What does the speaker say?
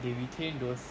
they retain those